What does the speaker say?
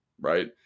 Right